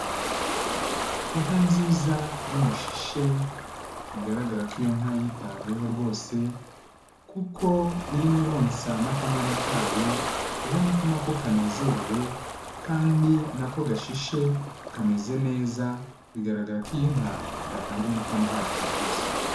Inka nziza y'umushishe, bigaragara ko iyo nka yitaweho rwose, kuko irimo ironsa n'akanyana kayo, ubona ko na ko kanezerewe, kandi na ko gashishe, kameze neza, bigaragara ko iyi nka, yatanga umukamo uhagije rwose.